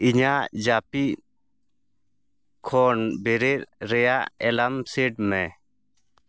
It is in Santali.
ᱤᱧᱟᱹᱜ ᱡᱟᱹᱯᱤᱫ ᱠᱷᱚᱱ ᱵᱮᱨᱮᱫ ᱨᱮᱭᱟᱜ ᱮᱞᱟᱢ ᱥᱮᱴ ᱢᱮ